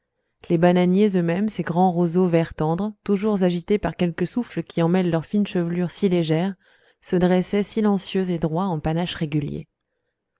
les bananiers eux-mêmes ces grands roseaux vert tendre toujours agités par quelque souffle qui emmêle leur fine chevelure si légère se dressaient silencieux et droits en panaches réguliers